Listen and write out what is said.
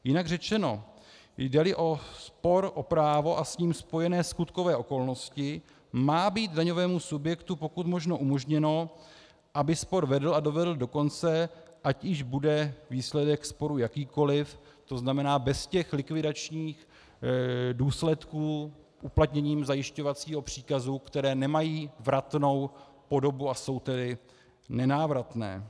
Jinak řečeno, jdeli o spor o právo a s ním spojené skutkové okolnosti, má být daňovému subjektu pokud možno umožněno, aby spor vedl a dovedl do konce, ať již bude výsledek sporu jakýkoli, to znamená bez těch likvidačních důsledků uplatněním zajišťovacího příkazu, které nemají vratnou podobu, a jsou tedy nenávratné.